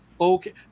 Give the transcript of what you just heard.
okay